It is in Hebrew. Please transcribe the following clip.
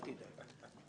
אל תדאג.